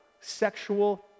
sexual